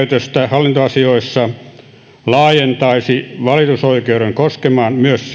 hallintoasioissa laajentaisi valitusoikeuden koskemaan myös